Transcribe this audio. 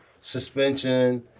suspension